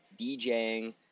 DJing